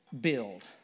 build